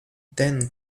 then